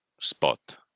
spot